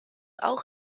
auch